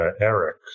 Eric